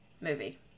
movie